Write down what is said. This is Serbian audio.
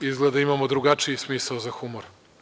Izgleda imamo drugačiji smisao za humor.